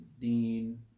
Dean